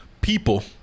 people